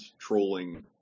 trolling